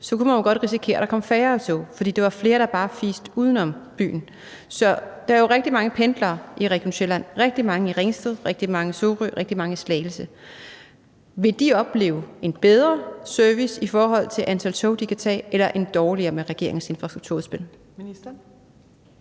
kunne man jo godt risikere, at der kom færre tog, fordi der var flere, der bare fiste uden om byen. Der er jo rigtig mange pendlere i Region Sjælland, rigtig mange i Ringsted, rigtig mange i Sorø, rigtig mange i Slagelse. Vil de opleve en bedre service i forhold til antal tog, de kan tage, eller en dårligere med regeringens infrastrukturudspil?